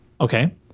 Okay